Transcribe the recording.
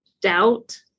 doubt